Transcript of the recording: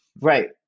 right